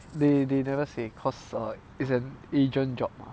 they they never say because err it's an agent job mah